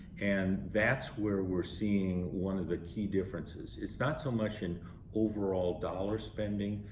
and that's where we're seeing one of the key differences. it's not so much an overall dollar spending,